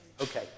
Okay